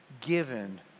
given